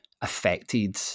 affected